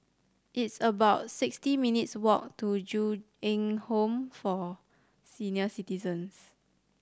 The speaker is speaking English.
it's about sixty minutes' walk to Ju Eng Home for Senior Citizens